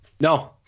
no